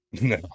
No